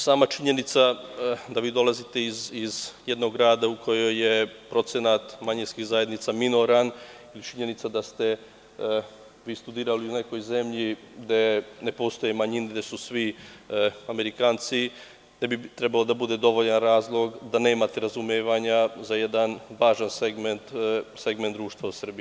Sama činjenica da vi dolazite iz jednog grada u kome je procenat manjinskih zajednica minoran i činjenica da ste studirali u nekoj zemlji, gde ne postoje manjine, gde su svi Amerikanci, trebao bi da bude dovoljan razlog da nemate razumevanja za jedan važan segment društva u Srbiji.